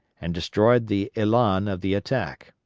and destroyed the elan of the attack.